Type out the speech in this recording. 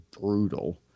brutal